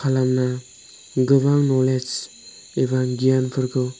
खालामना गोबां न'लेज एबा गियानफोरखौ